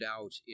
out